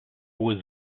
was